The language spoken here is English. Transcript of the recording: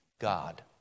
God